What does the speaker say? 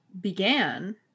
began